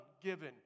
given